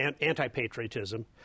anti-patriotism